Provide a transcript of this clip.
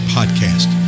Podcast